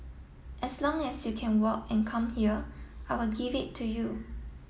as long as you can walk and come here I will give it to you